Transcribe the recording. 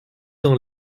dans